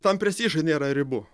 tam prestižui nėra ribų